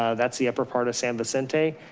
ah that's the upper part of san vicente.